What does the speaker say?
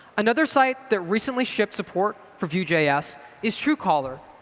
another site that recently shipped support for vue js is truecaller.